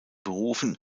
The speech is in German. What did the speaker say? berufen